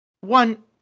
one